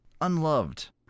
unloved